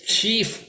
Chief